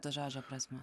to žodžio prasme